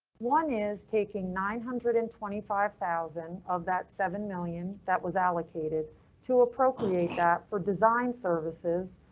one is taking nine hundred and twenty five thousand of that, seven million that was allocated to appropriate that for design services.